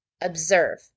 observe